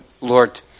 Lord